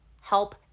help